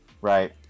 Right